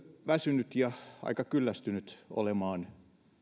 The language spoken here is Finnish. väsynyt ja aika kyllästynyt olemaan